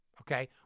Okay